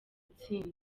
itsinda